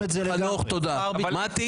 דבר עובדתי